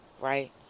right